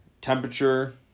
temperature